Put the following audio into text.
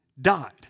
died